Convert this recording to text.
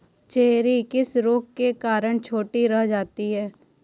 Cherry किस रोग के कारण छोटी रह जाती है?